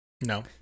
No